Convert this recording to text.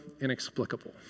inexplicable